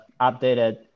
updated